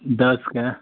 दसके